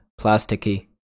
plasticky